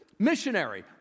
missionary